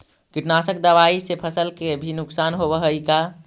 कीटनाशक दबाइ से फसल के भी नुकसान होब हई का?